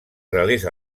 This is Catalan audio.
relés